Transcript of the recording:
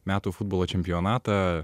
metų futbolo čempionatą